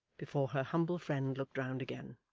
before her humble friend looked round again.